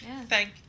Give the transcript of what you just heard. Thank